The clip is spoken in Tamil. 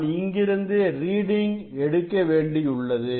நான் இங்கிருந்து ரீடிங் எடுக்க வேண்டியுள்ளது